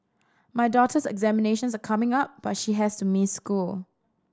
my daughter's examinations are coming up but she has to miss school